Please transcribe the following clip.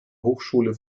hochschule